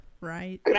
Right